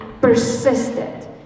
persistent